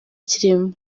kirimo